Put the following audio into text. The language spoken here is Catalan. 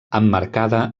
emmarcada